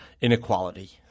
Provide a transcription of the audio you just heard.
inequality